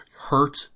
hurt